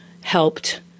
helped